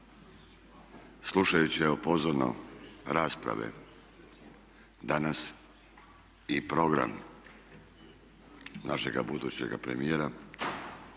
Slušajući evo pozorno rasprave danas i program našega budućega premijera